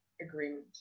agreement